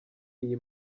iyi